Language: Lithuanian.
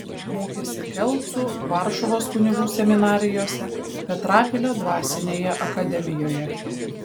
mokėsi kelcų varšuvos kunigų seminarijose petrapilio dvasinėje akademijoje